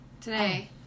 today